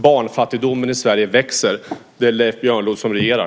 Barnfattigdomen i Sverige växer, och det är Leif Björnlod som regerar.